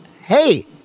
hey